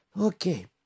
Okay